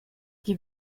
die